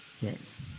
Yes